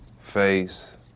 Face